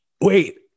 wait